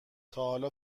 تاحالا